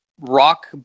rock